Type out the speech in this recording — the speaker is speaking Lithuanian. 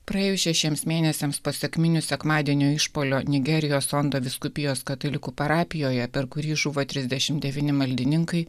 praėjus šešiems mėnesiams po sekminių sekmadienio išpuolio nigerijos ondo vyskupijos katalikų parapijoje per kurį žuvo trisdešim devyni maldininkai